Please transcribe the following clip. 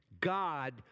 God